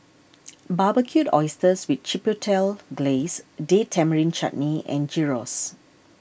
Barbecued Oysters with Chipotle Glaze Date Tamarind Chutney and Gyros